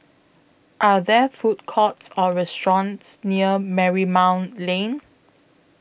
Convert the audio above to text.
Are There Food Courts Or restaurants near Marymount Lane